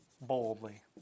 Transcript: boldly